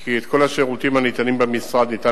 כי את כל השירותים הניתנים במשרד ניתן